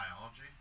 biology